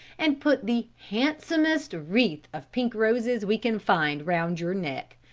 and put the handsomest wreath of pink roses we can find round your neck.